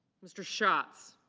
mr. shots.